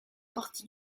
partie